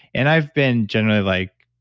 and i've been generally like,